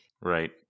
Right